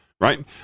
right